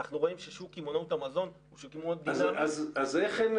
ואנחנו רואים ששוק קמעונאות המזון --- אם כן,